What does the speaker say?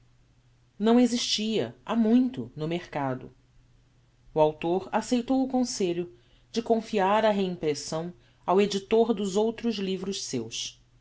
não existia ha muito no mercado o autor acceitou o conselho de confiar a reimpressão ao editor dos outros livros seus